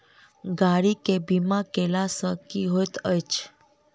गाड़ी केँ बीमा कैला सँ की होइत अछि?